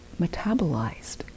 metabolized